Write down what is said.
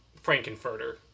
frankenfurter